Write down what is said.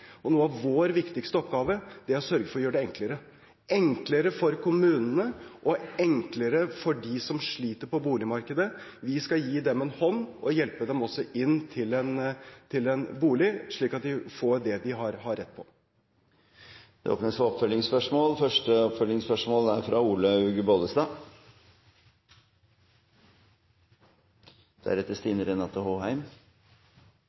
av våre viktigste oppgaver er å sørge for å gjøre det enklere – enklere for kommunene og enklere for dem som sliter på boligmarkedet. Vi skal gi dem en hånd og hjelpe dem inn i en bolig, slik at de får det de har rett på. Det åpnes for oppfølgingsspørsmål – først Olaug V. Bollestad. Om vi havner i en trafikkulykke og er